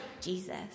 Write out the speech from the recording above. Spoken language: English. Jesus